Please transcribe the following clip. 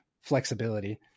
flexibility